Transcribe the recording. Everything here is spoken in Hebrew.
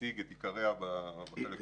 אציג את עיקריה בחלק החסוי.